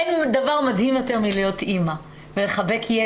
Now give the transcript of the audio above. אין דבר מדהים יותר מלהיות אמא ולחבק ילד.